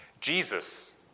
Jesus